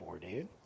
dude